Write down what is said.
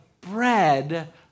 bread